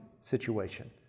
situation